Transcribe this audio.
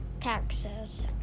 taxes